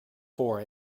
for